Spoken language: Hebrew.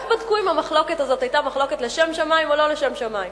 איך בדקו אם המחלוקת הזאת היתה מחלוקת לשם שמים או לא לשם שמים?